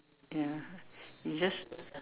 ya you just